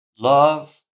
Love